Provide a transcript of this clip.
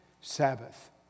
Sabbath